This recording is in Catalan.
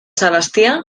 sebastià